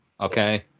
Okay